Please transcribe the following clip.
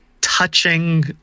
touching